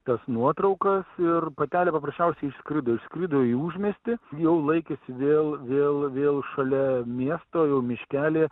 tas nuotraukas ir patelė paprasčiausiai išskrido išskrido į užmiestį jau laikėsi vėl vėl vėl šalia miesto jau miškely